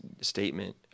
statement